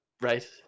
Right